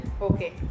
Okay